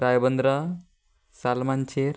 रायबंद्रा सालमानशेर